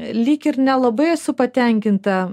lyg ir nelabai esu patenkinta